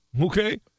Okay